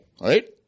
right